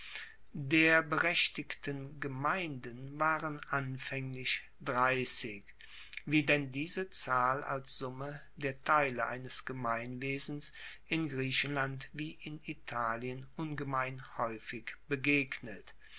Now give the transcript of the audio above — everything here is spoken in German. der berechtigten gemeinden waren anfaenglich dreissig wie denn diese zahl als summe der teile eines gemeinwesens in griechenland wie in italien ungemein haeufig begegnet